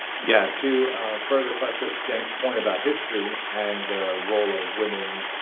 yeah to further buttress cenk's point about history, and the role of women,